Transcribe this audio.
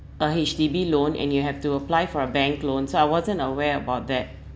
a H_D_B loan and you have to apply for a bank loan so I wasn't aware about that